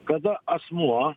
kada asmuo